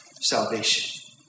salvation